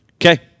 Okay